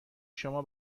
شما